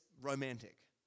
romantic